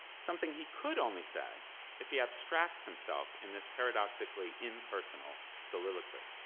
something he could only say if he abstracts himself in this paradoxically impersonal soliloquy.